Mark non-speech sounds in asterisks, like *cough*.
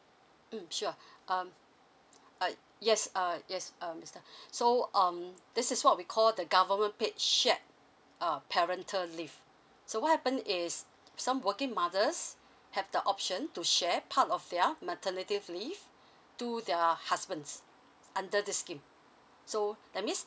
mm sure *breath* um uh yes uh yes um mister *breath* so um this is what we call the government paid shared err parental leave so what happen is some working mothers have the option to share part of their maternity leave to their husbands under this scheme so that means